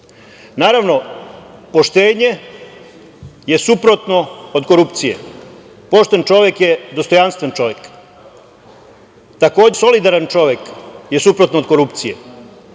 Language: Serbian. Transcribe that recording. ometa. Naravno, poštenje je suprotno od korupcije. Pošten čovek je dostojanstven čovek. Takođe, solidaran čovek je suprotno od korupcije,